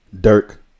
Dirk